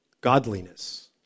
godliness